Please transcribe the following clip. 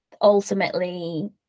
ultimately